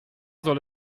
soll